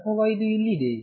ಇದು ಇಲ್ಲಿದೆಯೇ